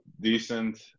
decent